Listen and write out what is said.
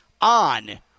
on